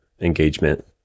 engagement